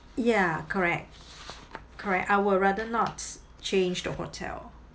ya correct correct I would rather not change the hotel